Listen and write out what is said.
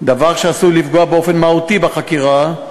דבר שעשוי לפגוע באופן מהותי בחקירה,